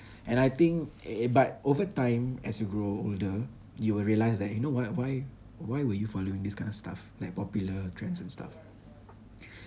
and I think but over time as you grow older you will realise that you know what why why were you following this kind of stuff like popular trends and stuff